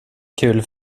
kul